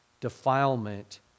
defilement